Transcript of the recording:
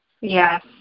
yes